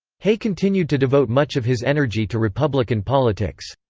hay continued to devote much of his energy to republican politics.